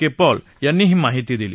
क्रिमॉल यांनी ही माहिती दिली